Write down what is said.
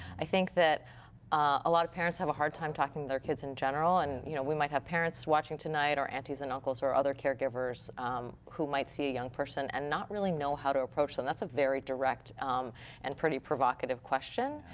i think that a lot of parents have a hard time talking to their kids in general. and you know we might have parents watching tonight or aunties and uncles or other caregivers might see a young person and not really know how to approach them. that's a very direct and pretty provocative question.